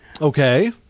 Okay